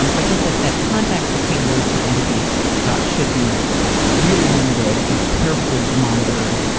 um but just that that context between those two entities should be really limited and carefully monitored.